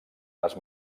les